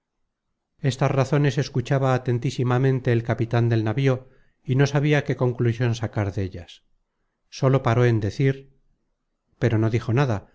estas razones escuchaba atentísimamente el capitan del navío y no sabia qué conclusion sacar dellas sólo paró en decir pero no dijo nada